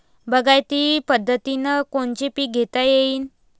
बागायती पद्धतीनं कोनचे पीक घेता येईन?